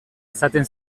izaten